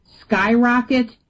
skyrocket